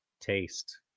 taste